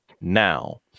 now